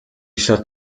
stadt